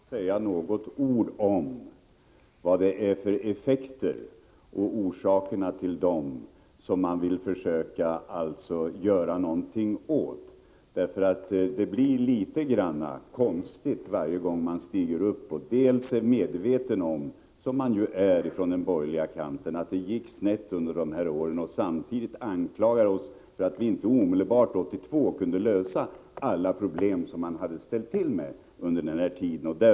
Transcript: Fru talman! Jag tycker trots allt att det hör till bilden vad det är för effekter som man vill försöka göra någonting åt och vad som är orsakerna till dem, och ville följaktligen också säga några ord om det. Från borgerligt håll är man dels medveten om att det gick snett under de borgerliga åren, dels anklagar man oss för att vi 1982 inte omedelbart kunde lösa alla problem som man åstadkommit under den tiden, och det blir litet konstigt.